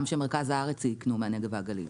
שגם מרכז הארץ ייקנו מהנגב והגליל.